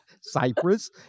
Cyprus